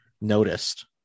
noticed